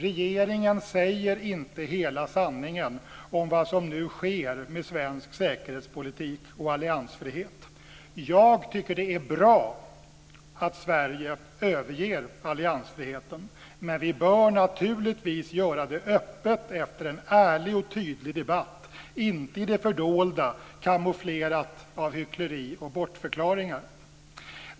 Regeringen säger inte hela sanningen om vad som nu sker med svensk säkerhetspolitik och alliansfrihet. Jag tycker att det är bra att Sverige överger alliansfriheten. Men vi bör naturligtvis göra det öppet efter en ärlig och tydlig debatt och inte i det fördolda, kamouflerat av hyckleri och bortförklaringar.